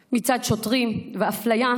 מצד שוטרים ואפליה,